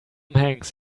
hanks